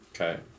Okay